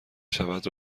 شود